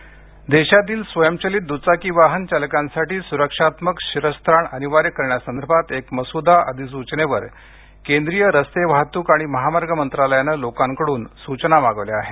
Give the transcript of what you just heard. सूचना देशातील स्वयंचलित दुचाकी वाहन चालकांसाठी सुरक्षात्मक शिरस्ताण अनिवार्य करण्यासंदर्भात एक मसुदा अधिसूचनेवर केंद्रीय रस्ते वाहतूक आणि महामार्ग मंत्रालयानं लोकांकडून सूचना मागवल्या आहेत